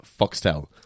Foxtel